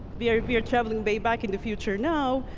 we are we are traveling way back in the future. now,